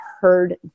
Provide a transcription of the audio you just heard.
heard